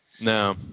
No